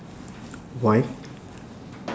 why